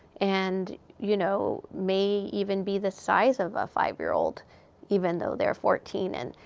and, you know, may even be the size of a five-year-old, even though they're fourteen. and,